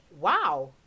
wow